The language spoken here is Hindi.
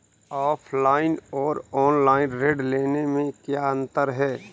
ऑफलाइन और ऑनलाइन ऋण लेने में क्या अंतर है?